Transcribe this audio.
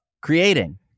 creating